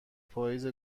پاییز